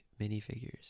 minifigures